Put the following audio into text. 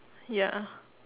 ya